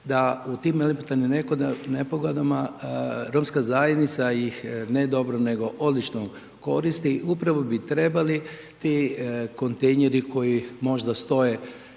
da u tim elementarnim nepogodama romska zajednica ih ne dobro, nego odlično koristi. Upravo bi trebali ti kontejneri koji možda stoje